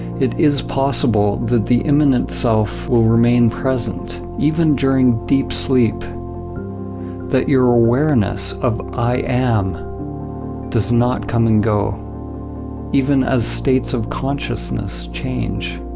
it is possible that the immanent self will remain present even during deep sleep that your awareness of i am does not come and go even as states of consciousness change.